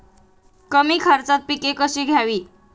कमी खर्चात पिके कशी घ्यावी?